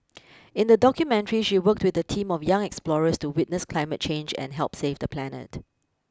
in the documentary she worked with a team of young explorers to witness climate change and help save the planet